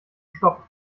stoppen